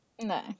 No